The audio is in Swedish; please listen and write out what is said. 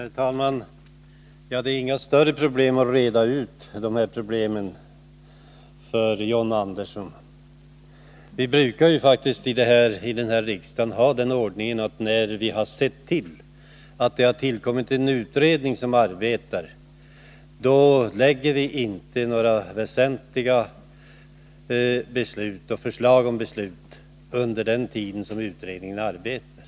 Herr talman! Det är inga större svårigheter att reda ut de här problemen för John Andersson. Vi brukar ju faktiskt här i riksdagen ha den ordningen, att när vi har sett till att det har tillsatts en utredning som arbetar, lägger vi inte fram några förslag om väsentliga beslut under den tid då utredningen arbetar.